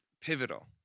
pivotal